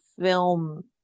film